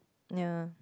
ya